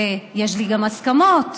יש לי גם הסכמות,